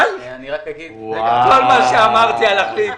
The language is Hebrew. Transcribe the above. אני רק אגיד --- כל מה שאמרתי הלך לאיבוד.